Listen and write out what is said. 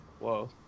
whoa